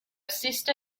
sister